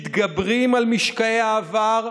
מתגברים על משקעי העבר,